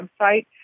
website